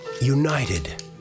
United